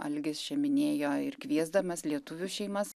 algis čia minėjo ir kviesdamas lietuvių šeimas